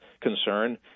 concern